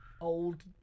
old